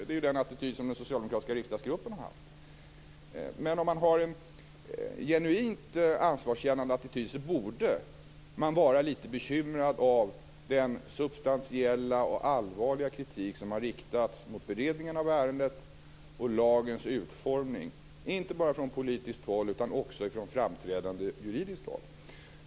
Det är den attityd som den socialdemokratiska riksdagsgruppen har haft. Men om man har en genuint ansvarskännande attityd borde man vara litet bekymrad över den substantiella och allvarliga kritik som, inte bara från politiskt håll utan också från framträdande juridiskt håll, har riktats mot beredningen av ärendet och lagens utformning.